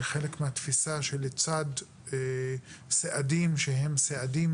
כחלק מהתפיסה שלצד סעדים שהם סעדים,